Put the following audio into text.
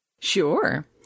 Sure